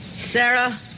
sarah